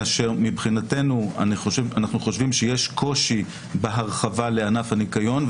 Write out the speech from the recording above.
כאשר מבחינתנו אנחנו חושבים שיש קושי בהרחבה לענף הניקיון,